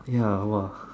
ya !wah!